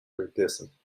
gegessen